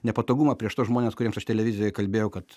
nepatogumą prieš tuos žmones kuriems aš televizijoj kalbėjau kad